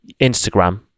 Instagram